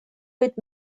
быть